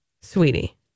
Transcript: sweetie